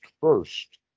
first